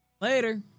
Later